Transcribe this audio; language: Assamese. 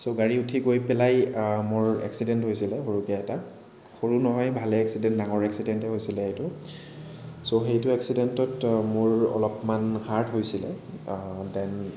চ' গাড়ী উঠি গৈ পেলাই মোৰ এক্সিডেণ্ট হৈছিল সৰুকৈ এটা সৰু নহয় ভালেই এক্সিডেণ্ট ডাঙৰ এক্সিডেণ্ট হৈছিল এইটো চ' সেইটো এক্সিডেণ্টত মোৰ অলপমান হাৰ্ট হৈছিল দেন